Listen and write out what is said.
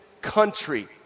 country